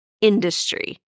industry